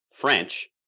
french